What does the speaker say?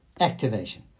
Activation